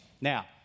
Now